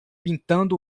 pintando